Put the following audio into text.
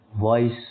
Voice